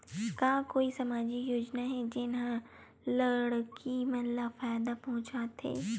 का कोई समाजिक योजना हे, जेन हा लड़की मन ला फायदा पहुंचाथे?